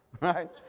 right